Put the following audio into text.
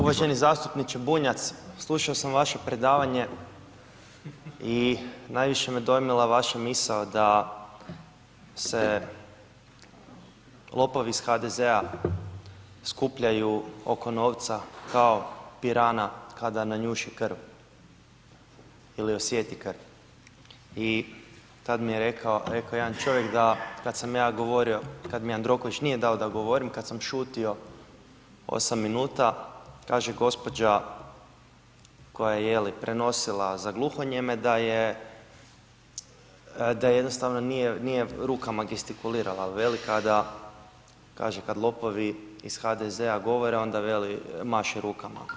Uvaženi zastupniče Bunjac, slušao sam vaše predavanje i najviše me dojmila vaša misao da se lopovi iz HDZ-a skupljaju oko novca kao pirana kada nanjuši krv ili osjeti krv i tad mi je rekao jedan čovjek da kad sam govorio, kad mi Jandroković nije dao da govorim, kad sam šutio 8 minuta, kaže gospođa koja je je li, prenosila za gluhonijeme, da jednostavno nije rukama gestikulirala ali veli kada, kaže kada lopovi iz HDZ-a govore, onda veli maše rukama.